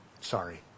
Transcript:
Sorry